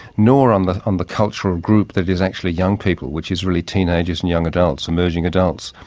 nor on the on the cultural group that is actually young people, which is really teenagers and young adults, emerging adults.